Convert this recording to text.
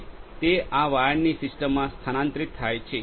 અને તે આ વાયરની સિસ્ટમમાં સ્થાનાંતરિત થાય છે